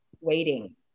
waiting